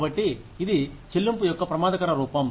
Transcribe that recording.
కాబట్టి ఇది చెల్లింపు యొక్క ప్రమాదకర రూపం